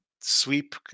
sweep